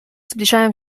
zbliżają